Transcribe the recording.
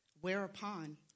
whereupon